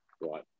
Right